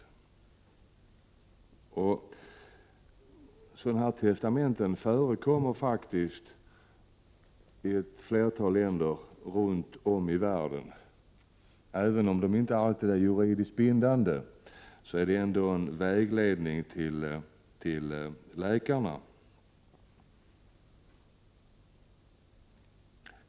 Sådana här testamenten förekommer faktiskt i ett flertal länder runt om i världen. Även om de inte alltid är juridiskt bindande, utgör de en vägledning för läkarna.